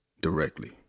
directly